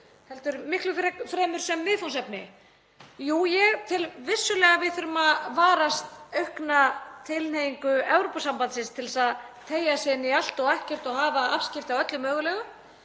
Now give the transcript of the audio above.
heldur miklu fremur sem viðfangsefni. Jú, ég tel vissulega að við þurfum að varast aukna tilhneigingu Evrópusambandsins til þess að teygja sig inn í allt og ekkert og hafa afskipti af öllu mögulegu.